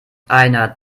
einer